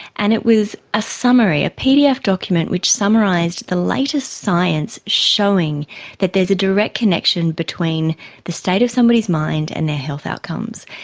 and it was a summary, a pdf document which summarised the latest science showing that there is a direct connection between the state of somebody's mind and their health outcomes.